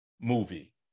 movie